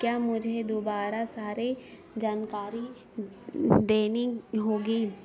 کیا مجھے دوبارہ سارے جانکاری دینی ہوگی